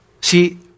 See